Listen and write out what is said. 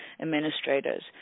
administrators